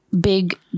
big